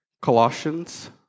Colossians